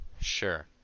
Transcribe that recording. Sure